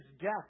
death